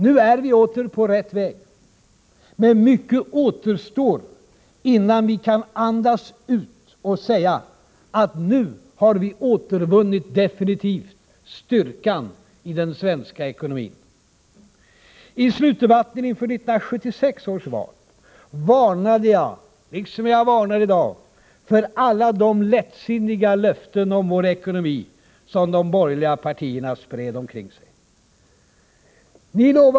Nu är vi åter på rätt väg, men mycket återstår innan vi kan andas ut och säga att vi definitivt har återvunnit styrkan i den svenska ekonomin. I slutdebatten inför 1976 års val varnade jag, liksom jag gör i dag, för alla de lättsinniga löften om vår ekonomi som de borgerliga spred omkring sig.